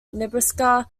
nebraska